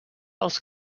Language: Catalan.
als